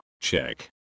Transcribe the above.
Check